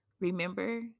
Remember